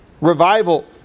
Revival